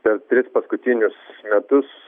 per tris paskutinius metus